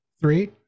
three